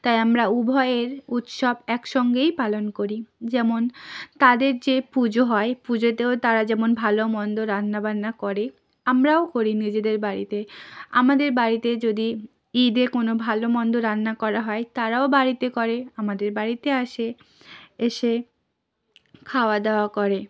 তাই আমরা উভয়ের উৎসব একসঙ্গেই পালন করি যেমন তাদের যে পুজো হয় পুজোতেও তারা যেমন ভালোমন্দ রান্না বান্না করে আমরাও করি নিজেদের বাড়িতে আমাদের বাড়িতে যদি ঈদে কোনো ভালোমন্দ রান্না করা হয় তারাও বাড়িতে করে আমাদের বাড়িতে আসে এসে খাওয়া দাওয়া করে